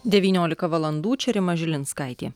devyniolika valandį čia rima žilinskaitė